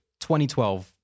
2012